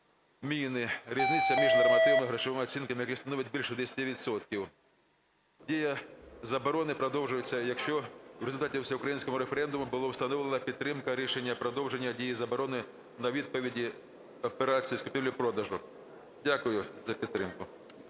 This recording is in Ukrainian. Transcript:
міни, різниця між нормативно-грошовими оцінками, яка становить більше 10 відсотків. Дія заборони продовжується, якщо в результаті всеукраїнського референдуму була встановлена підтримка рішення продовження дії заборони на відповіді операцій з купівлі-продажу". Дякую за підтримку.